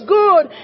good